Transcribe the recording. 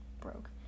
broke